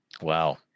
wow